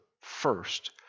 first